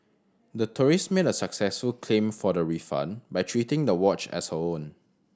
the tourist made a successful claim for the refund by treating the watch as her own